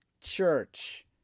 church